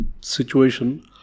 situation